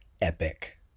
epic